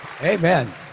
amen